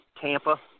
Tampa